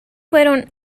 fueron